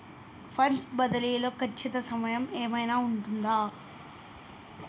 Funds బదిలీ లో ఖచ్చిత సమయం ఏమైనా ఉంటుందా?